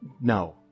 No